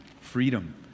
Freedom